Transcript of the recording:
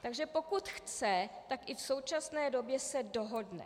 Takže pokud chce, tak i v současné době se dohodne.